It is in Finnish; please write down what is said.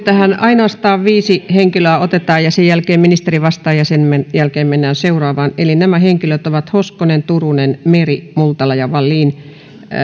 otetaan tähän ainoastaan viisi henkilöä ja sen jälkeen ministeri vastaa ja sen jälkeen mennään seuraavaan eli nämä henkilöt ovat hoskonen turunen meri multala ja